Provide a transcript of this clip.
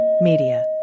Media